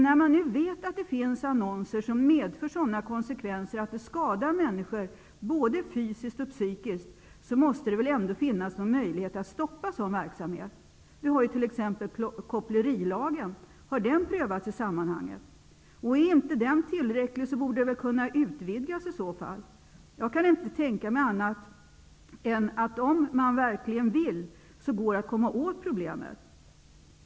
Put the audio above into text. När man nu vet att det finns annonser som medför sådana konsekvenser att de skadar människor både fysiskt och psykiskt, måste det väl finnas någon möjlighet att stoppa sådan verksamhet. Vi har ju t.ex. kopplerilagen. Har den prövats i sammanhanget? Om inte kopplerilagen är tillräcklig, borde den väl i så fall kunna utvidgas. Jag kan inte tänka mig annat än att om man verkligen vill, så går det att komma åt problemet.